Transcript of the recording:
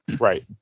Right